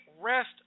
rest